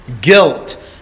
guilt